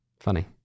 Funny